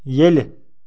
ییٚلہِ